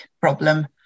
problem